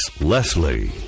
leslie